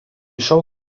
šiol